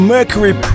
Mercury